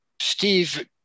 Steve